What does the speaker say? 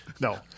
No